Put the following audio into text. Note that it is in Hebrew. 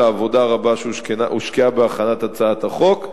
על העבודה הרבה שהושקעה בהכנת הצעת החוק,